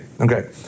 okay